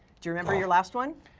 do you remember your last one?